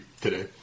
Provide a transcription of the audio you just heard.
today